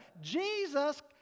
Jesus